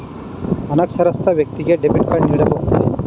ಅನಕ್ಷರಸ್ಥ ವ್ಯಕ್ತಿಗೆ debit card ನೀಡಬಹುದೇ?